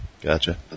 gotcha